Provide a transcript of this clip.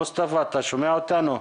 מוסטפא, אתה מתאגיד מי הגליל.